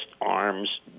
arms